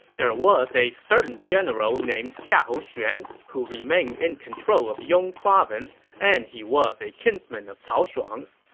there was a certain general named xiahou xuan who remained in control of yong province, and he was a kinsman of cao shuang's.